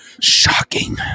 Shocking